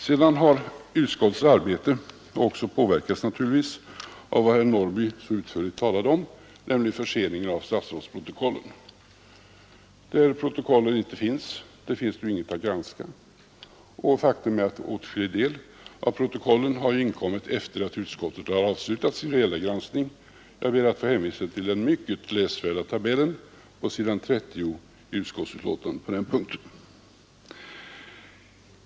Sedan har utskottets arbete naturligtvis också påverkats av det som herr Norrby i Åkersberga så utförligt talade om, nämligen förseningen av statsrådsprotokollen. När det inte finns protokoll finns inget att granska, och faktum är att åtskillig del av protokollen har inkommit efter det att utskottet avslutat sin reella granskning. Jag ber att få hänvisa till den mycket läsvärda tabellen på s. 30 i utskottsbetänkandet på den punkten.